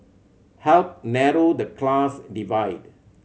help narrow the class divide